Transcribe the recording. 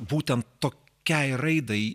būtent tokiai raidai